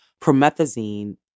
promethazine